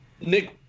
Nick